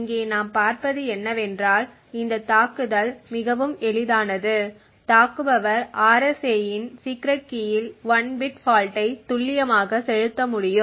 இங்கே நாம் பார்ப்பது என்னவென்றால் இந்த தாக்குதல் மிகவும் எளிதானது தாக்குபவர் RSA இன் சீக்ரெட் கீயில் 1 பிட் ஃபால்ட்டை துல்லியமாக செலுத்த முடியும்